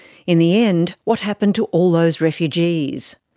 in the end what happened to all those refugees?